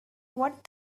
what